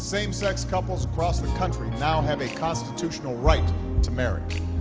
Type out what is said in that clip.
same-sex couples across the country now have a constitutional right to marry.